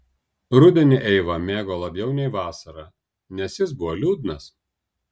rudenį eiva mėgo labiau nei vasarą nes jis buvo liūdnas